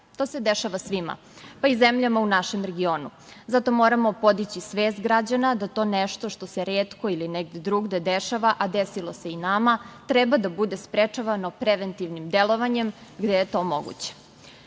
To se dešava svima, pa i zemljama u našem regionu. Zato, moramo podići svest građana da to nešto što se retko ili negde drugde dešava, a desilo se i nama, treba da bude sprečavano preventivnim delovanjem, gde je to moguće.